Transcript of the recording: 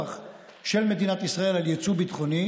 אמרתם המכון הישראלי לדמוקרטיה,